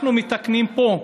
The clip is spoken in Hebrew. אנחנו מתקנים פה,